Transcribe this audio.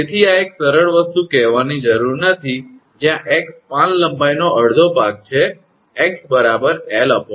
તેથી આ એક સરળ વસ્તુ કહેવાની જરૂર નથી જ્યાં 𝑥 સ્પાન લંબાઈનો અડધો ભાગ છે 𝑥 𝐿2